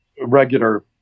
regular